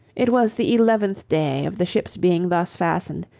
it was the eleventh day of the ships being thus fastened,